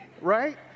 right